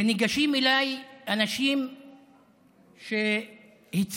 וניגשים אליי אנשים שהצביעו,